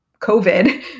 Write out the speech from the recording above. COVID